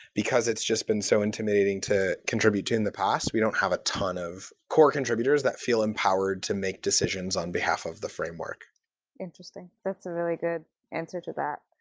because it's just been so intimidating to contribute to in the past, we don't have a ton of core contributors that feel empowered to make decisions on behalf of the framework interesting. that's a very good answer to that.